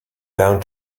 down